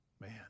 Man